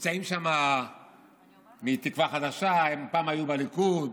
נמצאים שם מתקווה חדשה, הם פעם היו בליכוד,